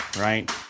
right